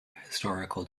historical